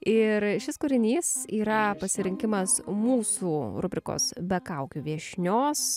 ir šis kūrinys yra pasirinkimas mūsų rubrikos be kaukių viešnios